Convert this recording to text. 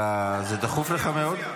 זה דחוף לך מאוד?